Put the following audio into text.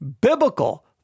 Biblical